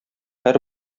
һәр